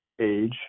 age